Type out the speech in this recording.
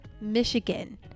Michigan